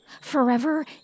Forever